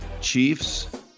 Chiefs